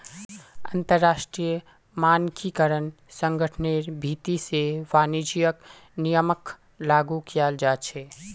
अंतरराष्ट्रीय मानकीकरण संगठनेर भीति से वाणिज्यिक नियमक लागू कियाल जा छे